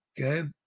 okay